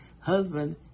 husband